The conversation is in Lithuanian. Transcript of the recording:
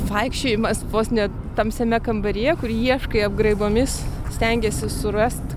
vaikščiojimas vos ne tamsiame kambaryje kur ieškai apgraibomis stengiesi surast